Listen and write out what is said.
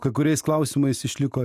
kai kuriais klausimais išliko